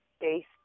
based